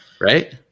Right